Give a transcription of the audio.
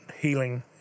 healing